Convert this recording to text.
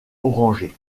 orangé